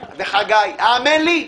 וחגי, האמינו לי,